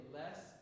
less